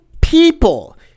people